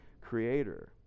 creator